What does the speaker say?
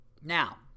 Now